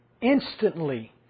instantly